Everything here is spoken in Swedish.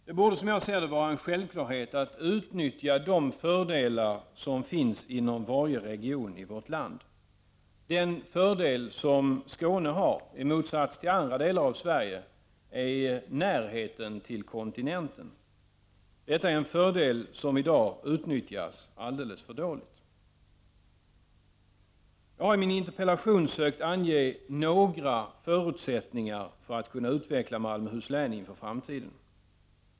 Det borde vara en självklarhet, att utnyttja de fördelar som finns i varje region i vårt land. Den fördel som Skåne har, i motsats till andra delar av Sverige, är närheten till kontinenten. Detta är en fördel som i dag utnyttjas alldeles för dåligt. Jag har i min interpellation sökt ange några förutsättningar för att kunna utveckla Malmöhus län inför framtiden.